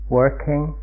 working